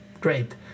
great